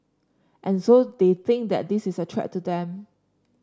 and so they think that this is a threat to them